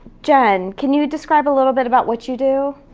jen, can you describe a little bit about what you do?